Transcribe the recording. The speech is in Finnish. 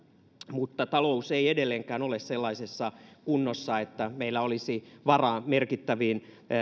mutta talous ei edelleenkään ole sellaisessa kunnossa että meillä olisi varaa merkittäviin